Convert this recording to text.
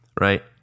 right